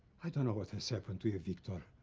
i don't know what has happened to you, victor,